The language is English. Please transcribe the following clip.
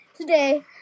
Today